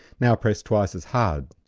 now press twice as hard.